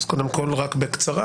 אז קודם כול רק בקצרה,